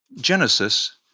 Genesis